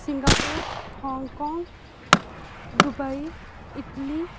Singapore Hong Kong Dubai Italy Tokyo